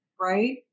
right